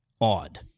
odd